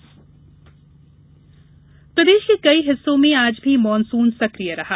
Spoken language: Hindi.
मौसम प्रदेश के कई हिस्सों में आज भी मानसून सक्रिय रहा